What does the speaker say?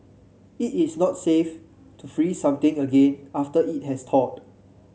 it is not safe to freeze something again after it has thawed